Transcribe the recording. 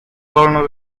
wolno